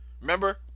Remember